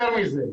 יותר מזה,